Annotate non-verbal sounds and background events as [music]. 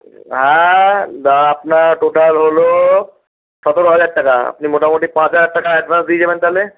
হ্যাঁ [unintelligible] আপনার টোটাল হল সতেরো হাজার টাকা আপনি মোটামোটি পাঁচ হাজার টাকা অ্যাডভান্স দিয়ে যাবেন তাহলে